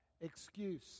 excuse